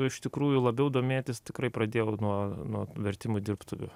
iš tikrųjų labiau domėtis tikrai pradėjau nuo nuo vertimų dirbtuvių